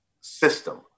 system